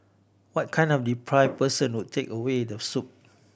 what kind of depraved person would take away the soup